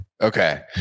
Okay